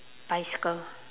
bicycle